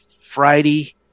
Friday